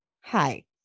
Hi